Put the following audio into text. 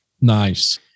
Nice